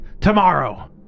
tomorrow